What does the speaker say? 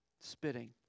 spitting